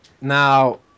Now